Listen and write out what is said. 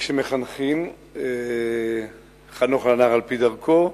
כשמחנכים, חנוך לנער על-פי דרכו.